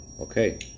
Okay